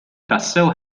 tassew